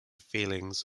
feelings